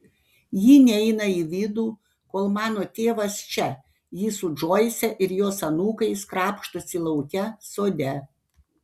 ji neina į vidų kol mano tėvas čia ji su džoise ir jos anūkais krapštosi lauke sode